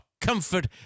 Comfort